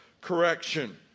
correction